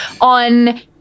on